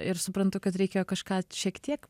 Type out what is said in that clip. ir suprantu kad reikėjo kažką šiek tiek